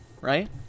right